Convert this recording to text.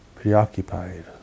preoccupied